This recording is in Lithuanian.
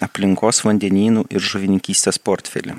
aplinkos vandenynų ir žuvininkystės portfelį